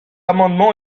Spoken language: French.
amendement